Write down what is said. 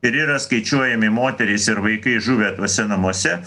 ir yra skaičiuojami moterys ir vaikai žuvę tuose namuose